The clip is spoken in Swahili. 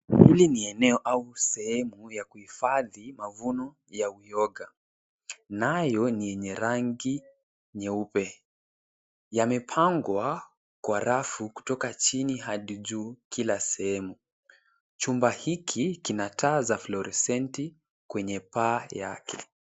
Hili ni eneo au sehemu ya kuhifadhi mavuno ya uyoga. Nayo ni yenye rangi nyeupe. Yamepangwa kwa rafu kutoka chini hadi juu kila sehemu. Chumba hiki kina taa za fluorescent kwenye paa yake.